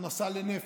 ההכנסה לנפש,